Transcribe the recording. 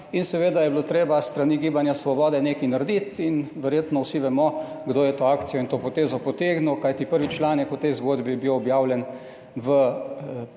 In seveda je bilo treba s strani Gibanja Svoboda nekaj narediti in verjetno vsi vemo, kdo je to akcijo in to potezo potegnil, kajti prvi članek o tej zgodbi je bil objavljen v spletnem